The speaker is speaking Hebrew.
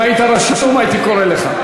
אם היית רשום הייתי קורא לך.